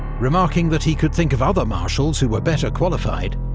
remarking that he could think of other marshals who were better qualified.